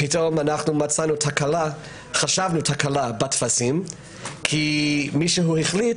מצאנו תקלה בטפסים כי מישהו החליט